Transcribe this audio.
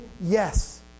yes